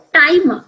time